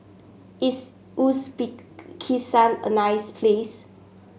is Uzbekistan a nice place